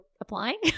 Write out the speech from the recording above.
applying